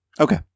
Okay